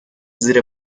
زیر